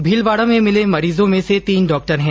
भीलवाडा में मिले मरीजों में से तीन डॉक्टर है